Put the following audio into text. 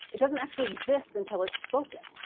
it doesn't actually exist until it's spoken.